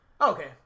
Okay